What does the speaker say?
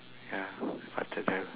ya faster tell